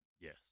Yes